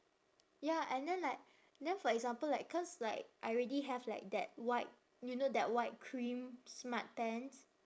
ya and then like then for example like cause like I already have like that white you know that white cream smart pants